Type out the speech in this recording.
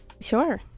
Sure